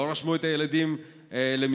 לא רשמו את הילדים למסגרות,